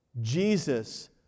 Jesus